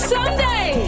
Someday